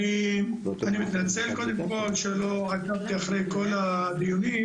אני מתנצל שלא עקבתי אחרי כל הדיונים,